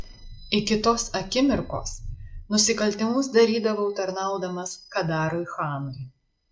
iki tos akimirkos nusikaltimus darydavau tarnaudamas kadarui chanui